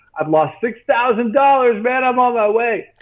i've lost six thousand dollars man i'm on my way!